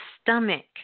stomach